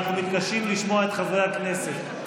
אנחנו מתקשים לשמוע את חברי הכנסת.